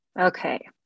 Okay